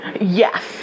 yes